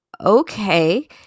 okay